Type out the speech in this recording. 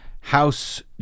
house